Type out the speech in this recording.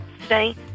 today